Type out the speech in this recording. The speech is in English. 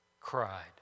cried